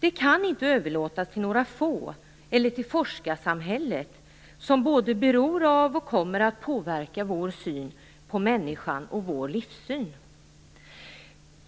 Detta kan inte överlåtas till några få eller till forskarsamhället, som både beror av och kommer att påverka vår syn på människan och vår livssyn.